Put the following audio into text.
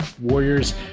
Warriors